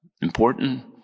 important